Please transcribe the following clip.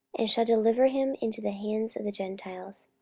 and shall deliver him into the hands of the gentiles.